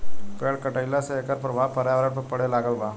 पेड़ कटईला से एकर प्रभाव पर्यावरण पर पड़े लागल बा